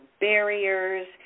barriers